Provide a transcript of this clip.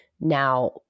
now